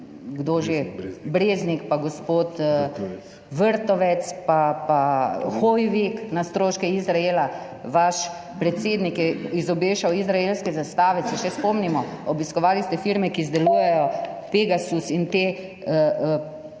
kdo že, Breznik, pa gospod Vrtovec pa Hoivik na stroške Izraela? Vaš predsednik je izobešal izraelske zastave, se še spomnimo? Obiskovali ste firme, ki izdelujejo Pegasus in te vohunske